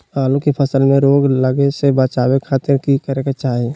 आलू के फसल में रोग लगे से बचावे खातिर की करे के चाही?